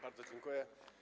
Bardzo dziękuję.